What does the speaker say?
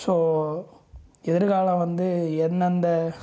so எதிர்காலம் வந்து எந்தெந்த